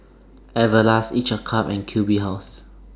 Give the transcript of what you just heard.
Everlast Each A Cup and Q B House